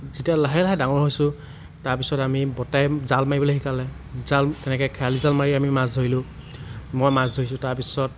যেতিয়া লাহে লাহে ডাঙৰ হৈছোঁ তাৰ পিছত আমি বৰ্তাই জাল মাৰিবলে শিকালে জাল তেনেকে খেয়ালি জাল মাৰি মাছ ধৰিলোঁ মই মাছ ধৰিছোঁ তাৰ পিছত